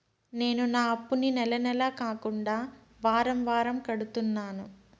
నేను నా అప్పుని నెల నెల కాకుండా వారం వారం కడుతున్నాను